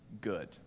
good